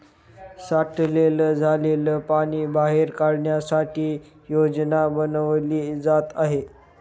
साठलेलं झालेल पाणी बाहेर काढण्यासाठी योजना बनवली जात आहे